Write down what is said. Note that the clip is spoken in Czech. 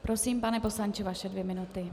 Prosím, pane poslanče, vaše dvě minuty.